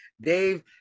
Dave